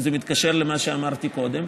וזה מתקשר למה שאמרתי קודם,